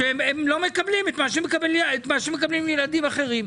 שלא מקבלים את מה שמקבלים ילדים אחרים.